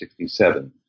1967